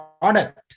product